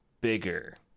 bigger